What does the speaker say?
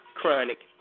chronic